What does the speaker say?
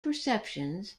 perceptions